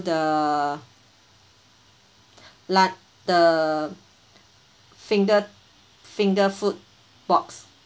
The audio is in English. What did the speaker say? the lad~ the finger finger food box